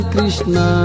Krishna